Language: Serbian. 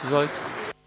Izvolite.